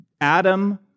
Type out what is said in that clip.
Adam